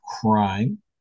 crime